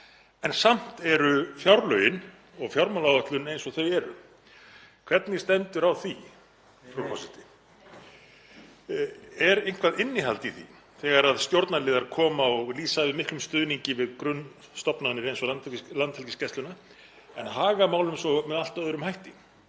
En samt eru fjárlögin og fjármálaáætlun eins og þau eru. Hvernig stendur á því, frú forseti? Er eitthvert innihald í því þegar stjórnarliðar koma og lýsa yfir miklum stuðningi við grunnstofnanir eins og Landhelgisgæsluna en haga málum svo með allt öðrum hætti?